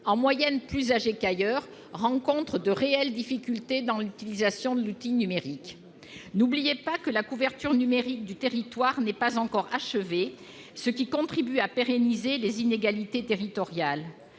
en moyenne plus âgée qu'ailleurs, rencontre de réelles difficultés dans l'utilisation de l'outil numérique. Ne l'oubliez pas, la couverture numérique du territoire n'est pas encore achevée, ce qui contribue à pérenniser les inégalités territoriales